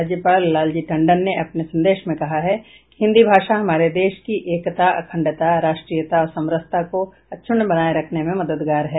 राज्यपाल लालजी टंडन ने अपने संदेश में कहा है कि हिन्दी भाषा हमारे देश की एकता अखंडता राष्ट्रीयता और समरसता को अक्षुण्ण बनाये रखने में मददगार है